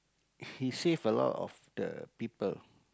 he save a lot of the people